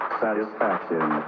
satisfaction